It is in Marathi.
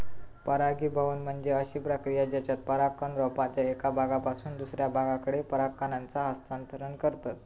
परागीभवन म्हणजे अशी प्रक्रिया जेच्यात परागकण रोपाच्या एका भागापासून दुसऱ्या भागाकडे पराग कणांचा हस्तांतरण करतत